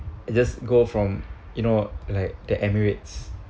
just go from you know like the emirates